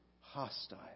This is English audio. hostile